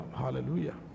hallelujah